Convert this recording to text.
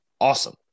awesome